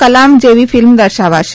કલામ જેવી ફિલ્મ દર્શાવાશે